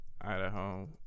Idaho